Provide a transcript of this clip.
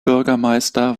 bürgermeister